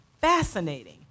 fascinating